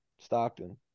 Stockton